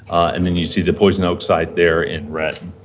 and then you see the poison oak site there in red.